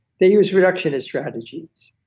they use reductionist strategies,